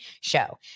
show